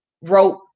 rope